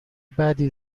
بدی